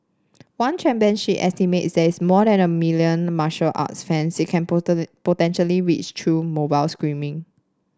one championship estimates there is more and a billion martial arts fans it can potentially reach through mobile streaming